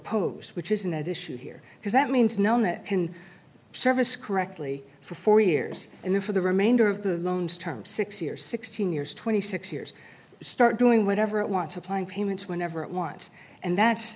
repose which isn't at issue here because that means no net can service correctly for four years in the for the remainder of the loans term six years sixteen years twenty six years start doing whatever it wants applying payments whenever it wants and that